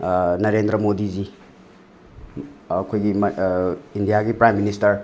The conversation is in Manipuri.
ꯅꯔꯦꯟꯗ꯭ꯔ ꯃꯣꯗꯤꯖꯤ ꯑꯩꯈꯣꯏꯒꯤ ꯏꯟꯗꯤꯌꯥꯒꯤ ꯄ꯭ꯔꯥꯏꯝ ꯃꯤꯅꯤꯁꯇꯔ